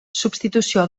substitució